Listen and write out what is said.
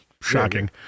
Shocking